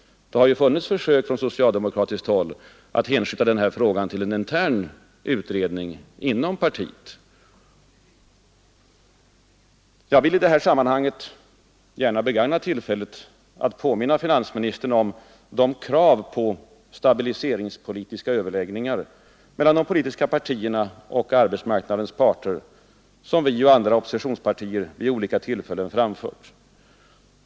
Det har ju redan gjorts försök från socialdemokratiskt håll att hänskjuta den här frågan till en intern utredning inom partiet. Jag vill gärna i detta sammanhang begagna tillfället att påminna finansministern om de krav på stabiliseringspolitiska överläggningar mellan de politiska partierna och arbetsmarknadens parter som vi och de andra oppositionspartierna vid olika tillfällen framfört.